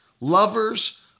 Lovers